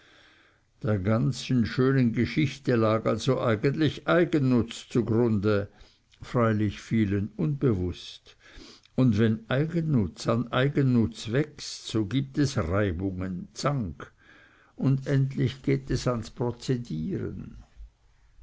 der ganzen schönen geschichte lag also eigentlich eigennutz zugrunde freilich vielen unbewußt und wenn eigennutz an eigennutz wächst so gibt es reibungen zank und endlich geht es ans prozedieren